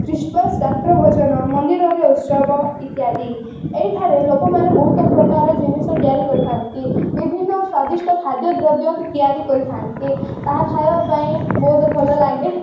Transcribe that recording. Christmas ରାତ୍ର ଭୋଜନ ମନ୍ଦିରରେ ଉତ୍ସବ ଇତ୍ୟାଦି ଏଇଠାରେ ଲୋକମାନେ ବହୁତ ପ୍ରକାର ଜିନିଷ ତିଆରି କରିଥାନ୍ତି ବିଭିନ୍ନ ସ୍ୱାଦିଷ୍ଟ ଖାଦ୍ୟ ଦ୍ରବ୍ୟ ତିଆରି କରିଥାନ୍ତି ତାହା ଖାଇବାପାଇଁ ବହୁତ ଭଲଲାଗେ